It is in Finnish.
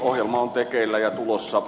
ohjelma on tekeillä ja tulossa